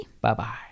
Bye-bye